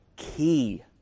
key